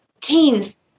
teens